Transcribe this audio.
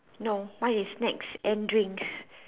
no mine is snacks and drink